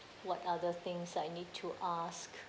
what other things I need to ask